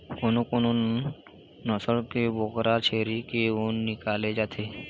कोनो कोनो नसल के बोकरा छेरी के ऊन निकाले जाथे